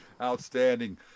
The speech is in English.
Outstanding